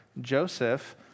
Joseph